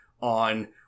on